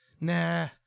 nah